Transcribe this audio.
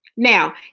Now